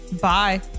Bye